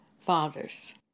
fathers